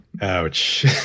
Ouch